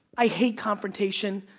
i hate confrontation.